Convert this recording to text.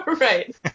Right